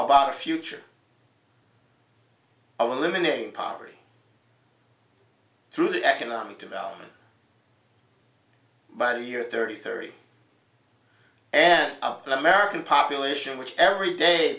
about a future a living name poverty through the economic development by the year thirty three and up the american population which every day